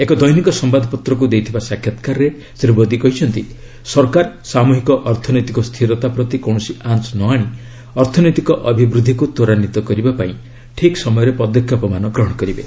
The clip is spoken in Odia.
ଏକ ଦୈନିକ ସମ୍ଭାଦପତ୍ରକୁ ଦେଇଥିବା ସାକ୍ଷାତକାରରେ ଶ୍ରୀ ମୋଦୀ କହିଛନ୍ତି ସରକାର ସାମୃହିକ ଅର୍ଥନୈତିକ ସ୍ଥିରତା ପ୍ରତି କୌଣସି ଆଞ୍ଚ ନ ଆଶି ଅର୍ଥନୈତିକ ଅଭିବୃଦ୍ଧିକୁ ତ୍ୱରାନ୍ଧିତ କରିବା ପାଇଁ ଠିକ୍ ସମୟରେ ପଦକ୍ଷେପମାନ ଗ୍ରହଣ କରିବେ